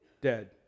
dead